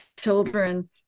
Children